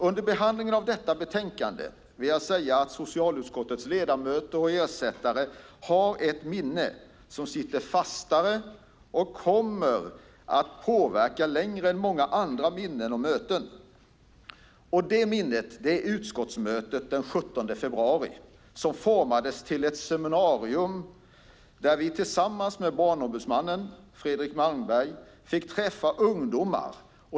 Under behandlingen av detta betänkande har socialutskottets ledamöter och ersättare fått ett minne som sitter fastare och kommer att påverka under längre tid än många andra minnen och möten. Det minnet är utskottsmötet den 17 februari. Det formades till ett seminarium där vi tillsammans med barnombudsman Fredrik Malmberg fick träffa ungdomar.